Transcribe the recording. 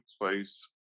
place